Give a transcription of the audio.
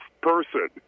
person